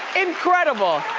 incredible.